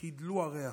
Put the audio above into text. חִדְלו הרֵעַ.